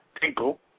Tinkle